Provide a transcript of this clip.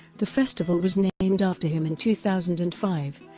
the festival was named after him in two thousand and five,